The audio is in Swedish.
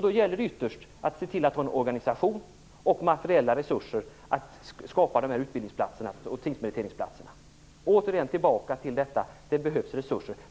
Då gäller det ytterst att se till att det finns en organisation och materiella resurser att skapa tingsmeriteringsplatserna. Jag går återigen tillbaka till att det behövs resurser.